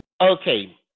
Okay